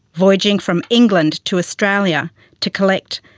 voyaging from england to australia to collect,